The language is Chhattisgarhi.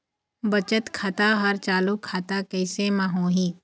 बचत खाता हर चालू खाता कैसे म होही?